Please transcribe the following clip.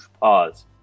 pause